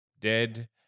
dead